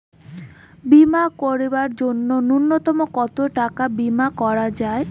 বীমা করিবার জন্য নূন্যতম কতো টাকার বীমা করা যায়?